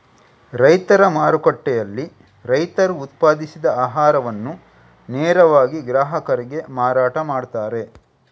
ರೈತರ ಮಾರುಕಟ್ಟೆಯಲ್ಲಿ ರೈತರು ಉತ್ಪಾದಿಸಿದ ಆಹಾರವನ್ನ ನೇರವಾಗಿ ಗ್ರಾಹಕರಿಗೆ ಮಾರಾಟ ಮಾಡ್ತಾರೆ